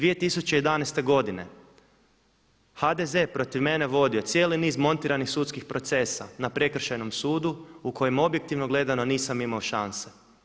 2011. godine HDZ je protiv mene vodio cijeli niz montiranih sudskih procesa na Prekršajnom sudu u kojem u kojem objektivno gledano nisam imao šanse.